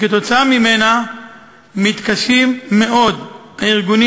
שכתוצאה ממנה מתקשים מאוד הארגונים